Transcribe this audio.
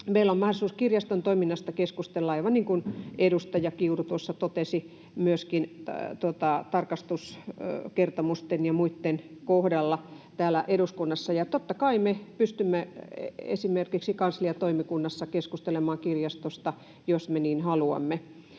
Meillä on mahdollisuus kirjaston toiminnasta keskustella, aivan niin kuin edustaja Kiuru tuossa totesi, myöskin tarkastuskertomusten ja muitten kohdalla täällä eduskunnassa, ja totta kai me pystymme esimerkiksi kansliatoimikunnassa keskustelemaan kirjastosta, jos me niin haluamme.